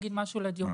לדיון.